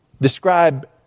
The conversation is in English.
describe